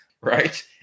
Right